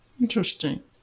Interesting